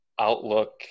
outlook